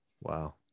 Wow